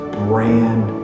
brand